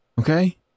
okay